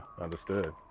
understood